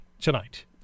tonight